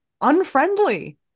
unfriendly